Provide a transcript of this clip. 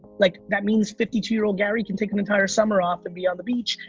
like that means fifty two year old gary can take an entire summer off and be on the beach,